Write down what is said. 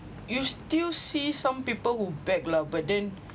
you still see some people who beg lah but then